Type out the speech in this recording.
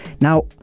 Now